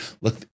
look